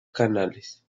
canales